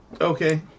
Okay